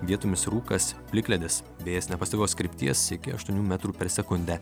vietomis rūkas plikledis vėjas nepastovios krypties iki aštuonių metrų per sekundę